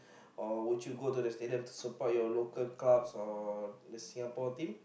or would you go to the stadium to support your local clubs or the Singapore team